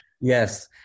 yes